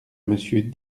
monsieur